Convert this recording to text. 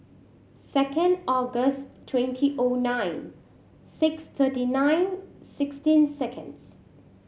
second August twenty O nine six thirty nine sixteen seconds